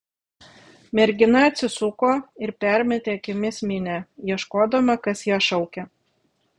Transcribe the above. mergina atsisuko ir permetė akimis minią ieškodama kas ją šaukia